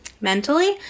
mentally